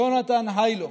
יונתן היילו,